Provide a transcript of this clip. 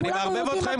אני מערבב אתכם.